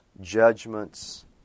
judgments